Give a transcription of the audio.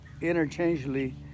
interchangeably